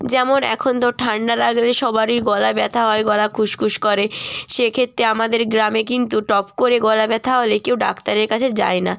যেমন এখন তো ঠান্ডা লাগলে সবারই গলা ব্যথা হয় গলা খুসখুস করে সেক্ষেত্রে আমাদের গ্রামে কিন্তু টপ করে গলা ব্যথা হলে কেউ ডাক্তারের কাছে যায় না